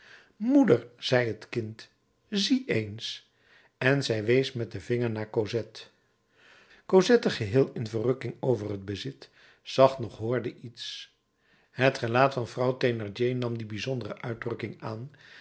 moeder zei het kind zie eens en zij wees met den vinger naar cosette cosette geheel in verrukking over het bezit zag noch hoorde iets het gelaat van vrouw thénardier nam die bijzondere uitdrukking aan